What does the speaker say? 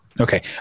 Okay